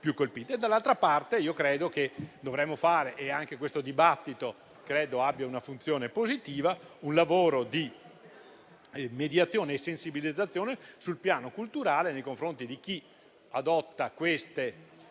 Dall'altra parte, credo che dovremmo fare - e anche questo dibattito ritengo abbia una funzione positiva - un lavoro di mediazione e sensibilizzazione sul piano culturale nei confronti di chi adotta questo tipo di